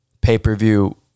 pay-per-view